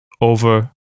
over